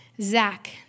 Zach